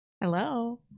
Hello